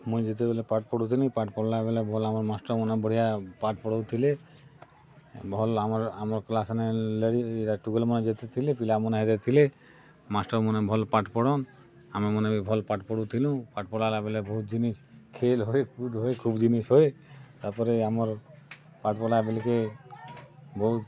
ମୁଇଁ ଯେତେବେଲେ ପାଠ୍ ପଢ଼ୁଥିଲି ପାଠ୍ ପଢ଼ିଲା ବେଳେ ଭଲା ଆମ ମାଷ୍ଟ୍ରମାନେ ବଢ଼ିଆ ପାଠ୍ ପଢ଼ଉ ଥିଲେ ଭଲ୍ ଆମର ଆମ କ୍ଲାସ୍ନେ ଲେଡ଼ିଜ୍ ଟୁକେଲ୍ ମେ ଯେତେ ଥିଲେ ପିଲାମାନେ ସେତେ ଥିଲେ ମାଷ୍ଟ୍ରମାନେ ଭଲ ପାଠ୍ ପଢ଼ନ୍ ଆମେ ମାନ୍ ବି ଭଲ ପାଠ ପଢ଼ୁଥିଲୁ ପାଠ ପଢ଼ା ହେଲା ବେଳେ ବହୁତ ଜିନିଷ ଖେଳ ହୁଏ କୁଦ ହୁଏ ଖୁବ୍ ଜିନିଷ ହଏ ତାପରେ ଆମର ପାଠ୍ ପଢ଼ା ବୋଲେ କେ ବହୁତ